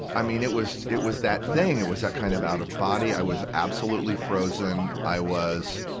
i mean it was, it was that thing, it was that kind of out of body. i was absolutely frozen. i was,